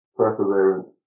perseverance